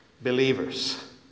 believers